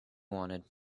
wanted